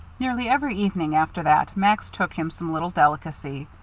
nearly every evening after that max took him some little delicacy.